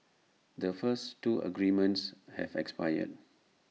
the first two agreements have expired